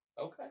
Okay